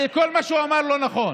כל מה שהוא אמר לא נכון,